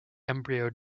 embryo